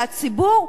כי הציבור,